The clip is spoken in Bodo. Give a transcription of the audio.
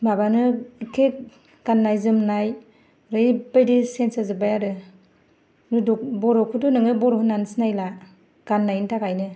माबानो एकके गाननाय जोमनाय एरैबायदि चेन्ज जाजोबबाय आरो बर'खौथ' नोङो बर' होननानै सिनायला गाननायनि थाखायनो